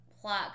plot